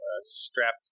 strapped